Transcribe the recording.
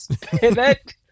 pivot